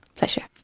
pleasure.